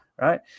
right